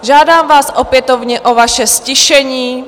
Žádám vás opětovně o vaše ztišení.